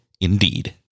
Indeed